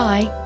Bye